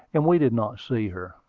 and we did not see her.